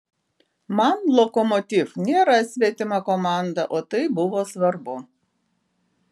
man lokomotiv nėra svetima komanda o tai buvo svarbu